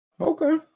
Okay